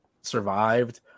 survived